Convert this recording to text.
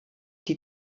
die